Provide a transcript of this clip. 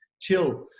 chill